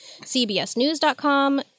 CBSNews.com